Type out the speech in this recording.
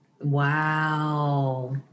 Wow